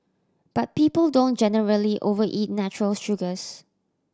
but people don't generally overeat natural sugars